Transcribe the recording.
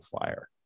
fire